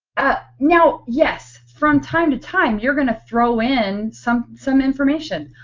ah you know yes from time to time you're going to throw in some some information.